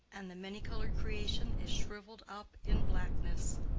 and the many-colored creation is shriveled up in blackness.